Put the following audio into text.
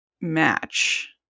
match